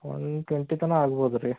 one twenty ತನಕ ಆಗ್ಬೋದು ರೀ